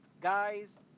Guys